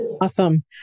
Awesome